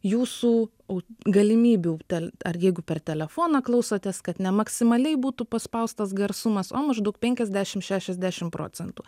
jūsų au galimybių tel ar jeigu per telefoną klausotės kad ne maksimaliai būtų paspaustas garsumas o maždaug penkiasdešim šešiasdešim procentų